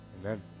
Amen